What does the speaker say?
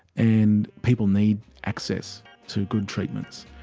and people need access to good treatments.